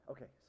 Okay